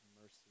mercy